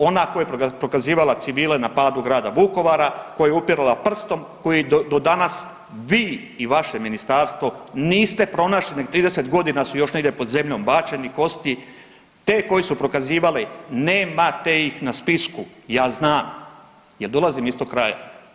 Ona koja je prokazivala civile na padu Grada Vukovara koja je upirala prstom, koji do danas vi i vaše ministarstvo niste pronašli ni 30 godina su još negdje pod zemljom bačeni kosti, te koji su prokazivali nemate ih na spisku, ja znam jel dolazim iz tog kraja.